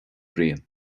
bhriain